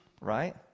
right